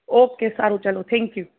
okay સારું ચલો thank you